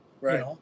Right